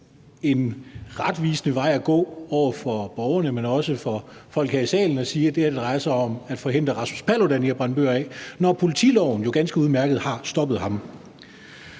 en retvisende vej at gå over for borgerne, men også over for folk her i salen, at sige, at det her drejer sig om at forhindre Rasmus Paludan i at brænde bøger af, når politiloven jo ganske udmærket har stoppet ham?